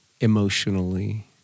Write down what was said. emotionally